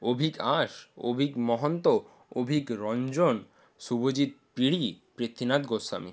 Abhik Ash Abhik Mahanta Abhik Ranjan Subhajit Piri Prithwinath Goswami